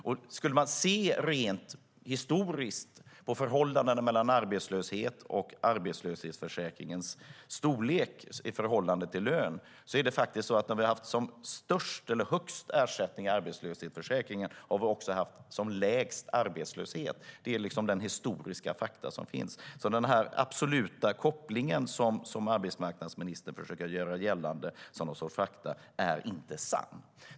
Om man ser rent historiskt på förhållandet mellan arbetslöshet och arbetslöshetsförsäkringens storlek i förhållande till lön kan man konstatera att när vi har haft som högst ersättning i arbetslöshetsförsäkringen har vi också haft som lägst arbetslöshet. Det är de historiska fakta som finns. Den absoluta koppling som arbetsmarknadsministern vill låta gälla som fakta är inte sann.